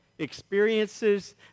experiences